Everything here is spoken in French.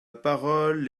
parole